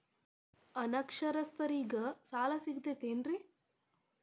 ಅನಕ್ಷರಸ್ಥರಿಗ ಸಾಲ ಸಿಗತೈತೇನ್ರಿ?